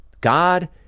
God